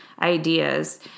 ideas